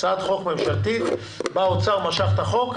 הצעת חוק ממשלתית, האוצר משך את החוק.